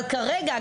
אבל כרגע,